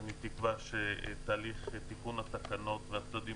ואני תקווה שתהליך תיקון התקנות והצדדים